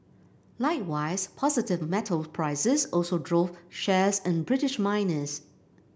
likewise positive metals prices also drove shares in British miners